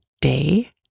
day